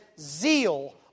zeal